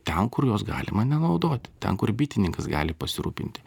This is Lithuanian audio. ten kur jos galima nenaudoti ten kur bitininkas gali pasirūpinti